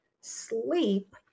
sleep